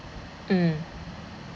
mm